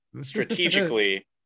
strategically